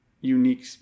unique